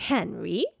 Henry